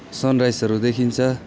सन राइजहरू देखिन्छ